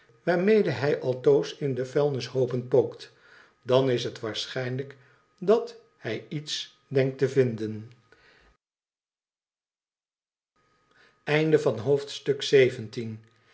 waarmede hij altoos in de vuilnishoopen pookt dan is het waarschijnlijk dat hij iets denkt te vinden